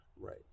Right